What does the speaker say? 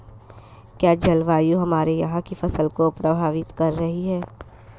क्या जलवायु हमारे यहाँ की फसल को प्रभावित कर रही है?